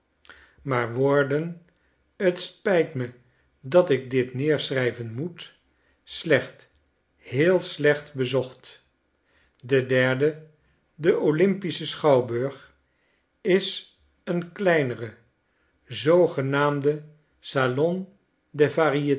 maar worden t spijt me dat ik dit neerschrijven moet slecht heel slecht bezocht de derde de olympische schouwburg is een kleinere zoogenaamde salon